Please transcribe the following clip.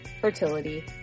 fertility